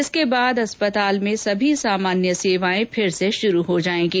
इसके बाद अस्पताल में सभी सामान्य सेवाएँ फिर से शुरू हो जाएंगी